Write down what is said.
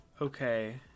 Okay